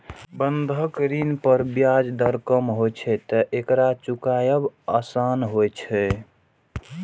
बंधक ऋण पर ब्याज दर कम होइ छैं, तें एकरा चुकायब आसान होइ छै